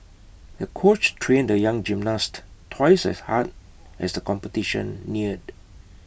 the coach trained the young gymnast twice as hard as the competition neared